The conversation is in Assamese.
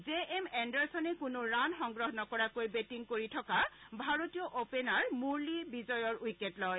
জে এম এণ্ডাৰছনে কোনো ৰান সংগ্ৰহ নকৰাকৈ বেটিং কৰি থকা ভাৰতীয় অপেনাৰ মুৰলী বিজয়ৰ উইকেট লয়